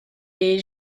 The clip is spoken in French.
est